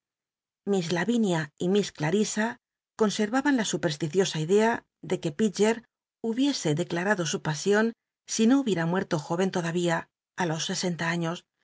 ifiss lavinia y miss clarisa conservaban la supersticiosa idea de qu e pidger hubiese deelarado su pasion si no hubiera muerto jóycn todavía i los sesenta aiios